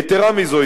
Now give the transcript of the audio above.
יתירה מזו,